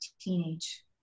teenage